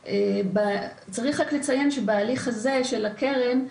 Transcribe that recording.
צריך לציין שבהליך הזה של הקרן,